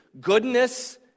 Goodness